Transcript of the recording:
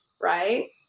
right